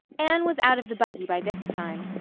anne was out of the buggy by this time,